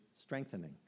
strengthening